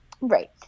Right